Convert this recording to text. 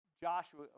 Joshua